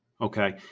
okay